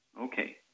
Okay